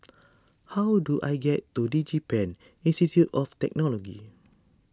how do I get to DigiPen Institute of Technology